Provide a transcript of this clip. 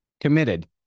committed